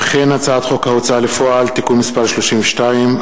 הצעת חוק ההוצאה לפועל (תיקון מס' 32),